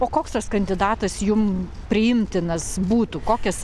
o koks tas kandidatas jum priimtinas būtų kokias